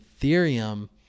Ethereum